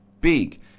big